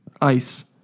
Ice